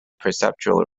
perceptual